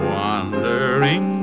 wandering